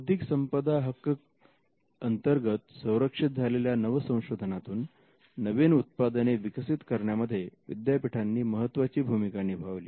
बौद्धिक संपदा हक्क अंतर्गत संरक्षित झालेल्या नवसंशोधनातून नवीन उत्पादने विकसित करण्यामध्ये विद्यापीठांनी महत्त्वाची भूमिका निभावली